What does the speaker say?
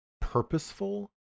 purposeful